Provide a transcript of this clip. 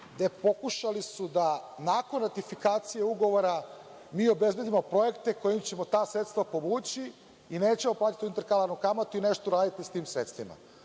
gde su pokušali da nakon ratifikacije ugovora mi obezbedimo projekte kojima ćemo ta sredstva povući i nećemo platiti tu interkalarnu kamatu i nešto uraditi s tim sredstvima.